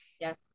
yes